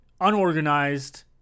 unorganized